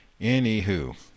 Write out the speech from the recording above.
anywho